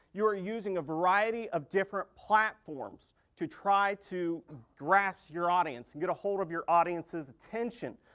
you are using a variety of different platforms to try to grasp your audience and get a hold of your audience's attention.